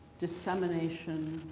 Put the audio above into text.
dissemination.